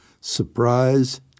surprise